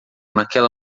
naquela